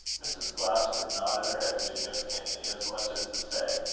mrs. glasford nodded her head significantly, as much as to say,